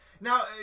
Now